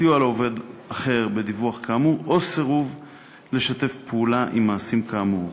סיוע לעובד אחר בדיווח כאמור או סירוב לשתף פעולה עם מעשים כאמור.